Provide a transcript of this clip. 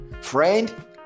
Friend